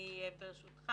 ברשותך